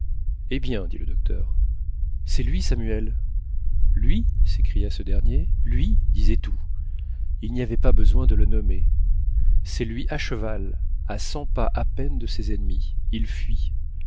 eh bien fit le docteur c'est lui samuel lui s'écria ce dernier lui disait tout il n'y avait pas besoin de le nommer c'est lui à cheval à cent pas à peine de ses ennemis il fuit